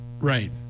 Right